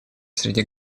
среди